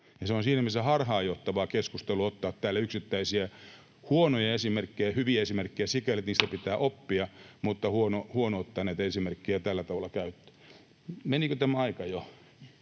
ja on siinä mielessä harhaanjohtavaa keskustelua ottaa täällä yksittäisiä huonoja esimerkkejä — hyviä esimerkkejä sikäli, että niistä pitää oppia, mutta huono ottaa näitä esimerkkejä tällä tavalla käyttöön. Menikö tämä aika jo?